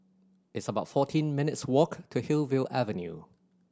it's about fourteen minutes' walk to Hillview Avenue